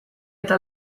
eta